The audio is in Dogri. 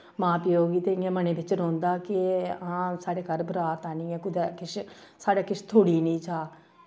मां प्योऽ गी ते इ'यां मनै बिच्च रौंह्दा कि हां साढ़े घर बरात आनी ऐ कुतै किश साढ़ै किश थूड़ी निं जा